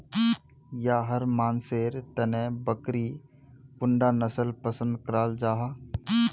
याहर मानसेर तने बकरीर कुंडा नसल पसंद कराल जाहा?